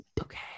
okay